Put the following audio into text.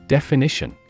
Definition